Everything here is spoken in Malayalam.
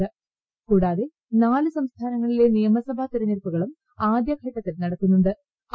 ഇതുകൂടാതെ നാല് സംസ്ഥാനങ്ങളിലെ നിയമസഭാ തെരഞ്ഞെടുപ്പുകളും ആദ്യഘട്ടത്തിൽ നടക്കുന്നു ്